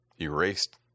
erased